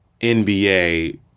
NBA